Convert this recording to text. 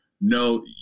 no